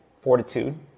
fortitude